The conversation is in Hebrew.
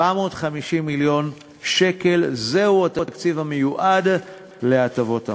750 מיליון שקל זהו התקציב המיועד להטבות המס.